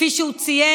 כפי שהוא ציין,